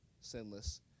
sinless